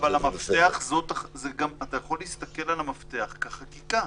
אתה יכול להסתכל על המפתח כחקיקה.